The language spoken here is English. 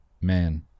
man